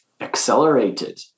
accelerated